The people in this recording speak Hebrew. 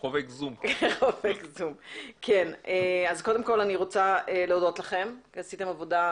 אז קודם כל אני רוצה להודות לכם כי עשיתם עבודה,